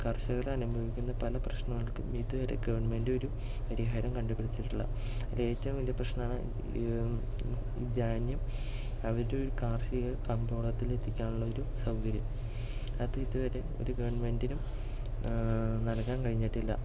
കർഷകർ അനുഭവിക്കുന്ന പല പ്രശ്നങ്ങൾക്കും ഇതുവരെ ഗവൺമെൻ്റൊരു പരിഹാരം കണ്ടുപിടിച്ചിട്ടില്ല അതിൽ ഏറ്റവും വലിയ പ്രശ്നമാണ് ഈ ധാന്യം അവരൊരു കാർഷിക കമ്പോളത്തിൽ എത്തിക്കാനുള്ളൊരു സൗകര്യം അത് ഇതുവരെ ഒരു ഗവൺമെൻ്റിനും നടത്താൻ കഴിഞ്ഞിട്ടില്ല